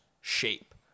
shape